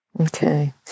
Okay